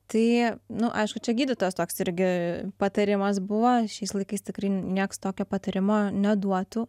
tai nu aišku čia gydytojos toks irgi patarimas buvo šiais laikais tikrai nieks tokio patarimo neduotų